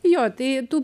jo tai tų